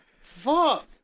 Fuck